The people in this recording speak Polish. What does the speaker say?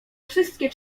wszystkie